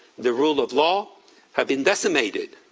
the rule of law have been decimated.